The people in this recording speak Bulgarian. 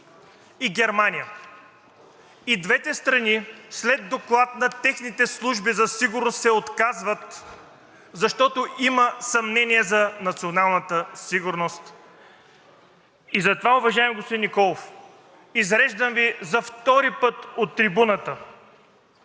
и Германия – и двете страни след доклад на техните служби за сигурност се отказват, защото има съмнения за националната сигурност. И затова, уважаеми господин Николов, изреждам Ви за втори път от трибуната